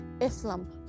Islam